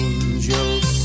Angels